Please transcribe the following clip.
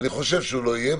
ואני חושב שלא יהיה,